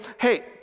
hey